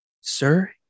Sir